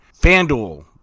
Fanduel